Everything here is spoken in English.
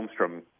Holmstrom